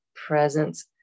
Presence